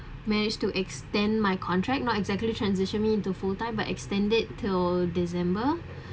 managed to extend my contract not exactly transition me into full time but extended till december